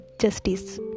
justice